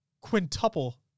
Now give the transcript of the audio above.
quintuple